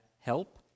help